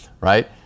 right